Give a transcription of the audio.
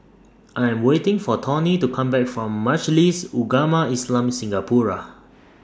I Am waiting For Tawny to Come Back from Majlis Ugama Islam Singapura